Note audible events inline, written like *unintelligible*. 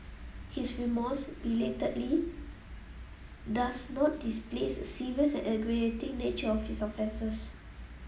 his remorse belatedly does not displace serious and *unintelligible* nature of his offences